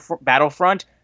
Battlefront